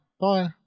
Bye